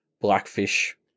Blackfish